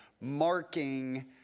marking